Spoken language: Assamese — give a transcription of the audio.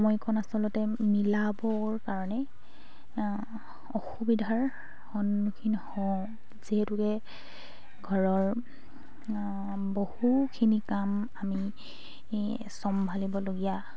সময়কণ আচলতে মিলাবৰ কাৰণে অসুবিধাৰ সন্মুখীন হওঁ যিহেতুকে ঘৰৰ বহুখিনি কাম আমি চম্ভালিবলগীয়া হয়